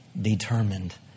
determined